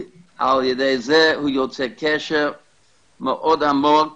על ידי זה הוא יוצר קשר מאוד עמוק